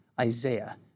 Isaiah